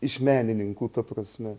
iš menininkų ta prasme